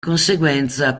conseguenza